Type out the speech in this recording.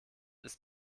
ist